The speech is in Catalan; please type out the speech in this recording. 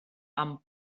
amb